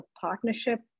partnership